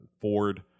Ford